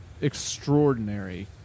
extraordinary